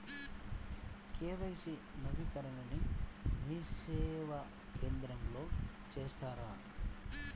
KYC నవీకరణని మీసేవా కేంద్రం లో చేస్తారా?